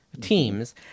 teams